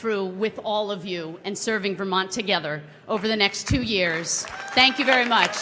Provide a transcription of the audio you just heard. through with all of you and serving vermont together over the next two years thank you very much